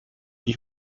die